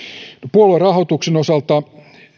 puoluerahoituksen osalta